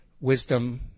wisdom